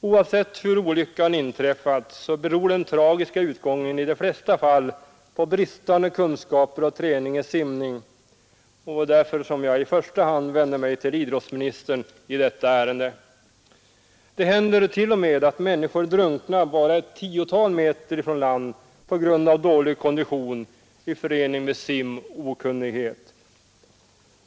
Oavsett hur olyckan inträffat så beror den tragiska utgången i de flesta fall på bristande kunskaper och träning i simning, och det var därför jag i första hand vände mig till idrottsministern i detta ärende. Det händer t.o.m., att människor drunknar bara ett tiotal meter från land på grund av dålig kondition i förening med simokunnighet.